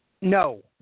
no